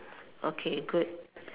okay good